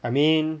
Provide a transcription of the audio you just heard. I mean